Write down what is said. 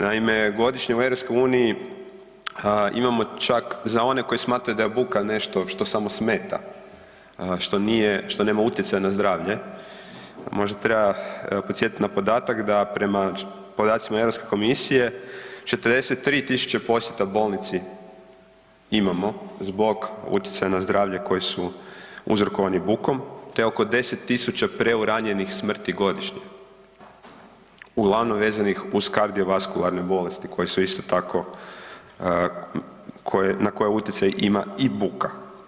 Naime, godišnje u EU imamo čak za one koji smatraju da je buka nešto što samo smeta, što nema utjecaja na zdravlje, možda treba podsjetiti na podatak da prema podacima Europske komisije 43.000 posjeta bolnici imamo zbog utjecaja na zdravlje koji su uzrokovani bukom te oko 10.000 preuranjenih smrti godišnje, uglavnom vezanih uz kardiovaskularne bolesti na koje utjecaj ima i buka.